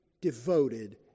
devoted